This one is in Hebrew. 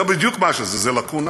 וזה בדיוק מה שזה, זה לקונה,